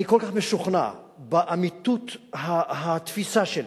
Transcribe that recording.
אני כל כך משוכנע באמיתות התפיסה שלי,